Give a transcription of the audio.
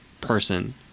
person